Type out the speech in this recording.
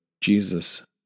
Jesus